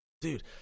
dude